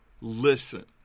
listen